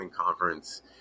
conference